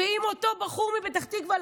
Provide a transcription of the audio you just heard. אם אותו בחור מפתח תקווה,